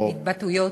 התבטאויות.